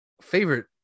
favorite